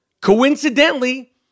coincidentally